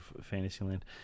Fantasyland